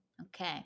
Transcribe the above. Okay